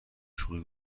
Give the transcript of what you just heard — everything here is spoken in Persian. شوخی